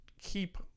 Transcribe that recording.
keep